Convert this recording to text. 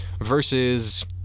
versus